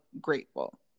grateful